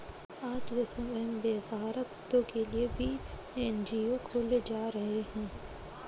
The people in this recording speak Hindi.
आज के समय में बेसहारा कुत्तों के लिए भी एन.जी.ओ खोले जा रहे हैं